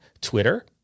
twitter